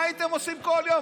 מה הייתם עושים כל יום?